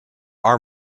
are